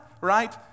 right